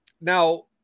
Now